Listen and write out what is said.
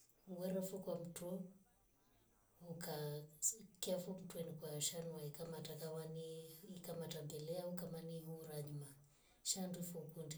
Mwerefu kwa mtwu ukaa mfu mtuwenu kwa shanuwai kama atakava ni kama atembela au kama ni hurajuma shandu funi kunde